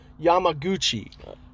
Yamaguchi